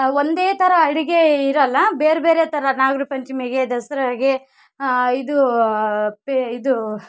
ಒಂದೇ ಥರ ಅಡುಗೆ ಇರೋಲ್ಲ ಬೇರೆ ಬೇರೆ ಥರ ನಾಗರ ಪಂಚಮಿಗೆ ದಸರಾಗೆ ಇದು ಪೆ ಇದು